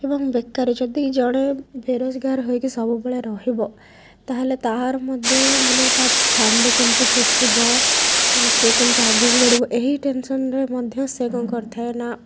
ଏବଂ ବେକାରୀ ଯଦି ଜଣେ ବେରୋଜଗାର ହୋଇକି ସବୁବେଳେ ରହିବ ତା'ହେଲେ ତାହାର ମଧ୍ୟ ମାନେ ତା ଫ୍ୟାମିଲି କେମିତି ପୋଷିବ ମାନେ ସେ କେମିତି ଆଗକୁ ବଢ଼ିବ ଏହି ଟେନସନ୍ରେ ମଧ୍ୟ ସେ କ'ଣ କରିଥାଏ ନା